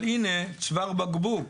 אבל, הינה, צוואר בקבוק,